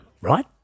right